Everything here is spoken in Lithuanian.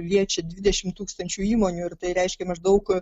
liečia dvidešimt tūkstančių įmonių ir tai reiškia maždaug